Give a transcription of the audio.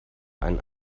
einen